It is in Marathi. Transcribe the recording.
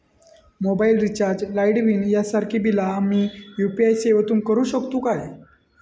मोबाईल रिचार्ज, लाईट बिल यांसारखी बिला आम्ही यू.पी.आय सेवेतून करू शकतू काय?